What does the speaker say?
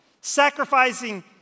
Sacrificing